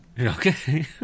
Okay